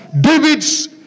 David's